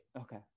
Okay